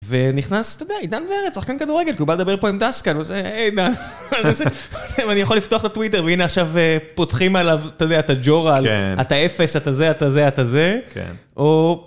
ונכנס, אתה יודע, עידן ורצח, כאן כדורגל, כי הוא בא לדבר פה עם דסקל, וזה, עידן, ואני יכול לפתוח את הטוויטר, והנה עכשיו פותחים עליו, אתה יודע, את הג'ורה, אתה אפס, אתה זה, אתה זה, אתה זה. כן.